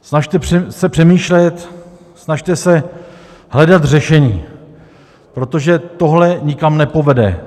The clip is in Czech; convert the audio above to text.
Snažte se přemýšlet, snažte se hledat řešení, protože tohle nikam nepovede.